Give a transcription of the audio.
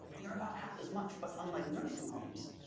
and they're about half as much, but unlike nursing homes,